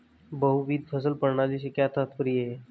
बहुविध फसल प्रणाली से क्या तात्पर्य है?